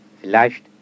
Vielleicht